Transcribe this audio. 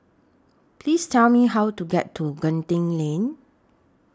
Please Tell Me How to get to Genting LINK